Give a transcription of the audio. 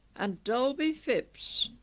and dolby phipps,